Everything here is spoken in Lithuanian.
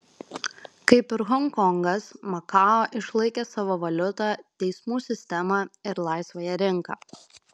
kaip ir honkongas makao išlaikė savo valiutą teismų sistemą ir laisvąją rinką